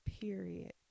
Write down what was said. period